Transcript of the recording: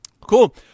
Cool